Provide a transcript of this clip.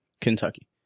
Kentucky